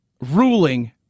ruling